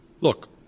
Look